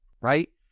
right